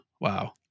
Wow